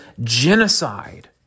genocide